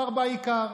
כחבר כנסת.